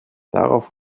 darauf